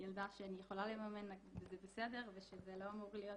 ילדה שיכולה לממן וזה בסדר ושזה לא אמור להיות